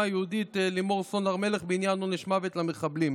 יהודית לימור סון הר מלך בעניין עונש מוות למחבלים.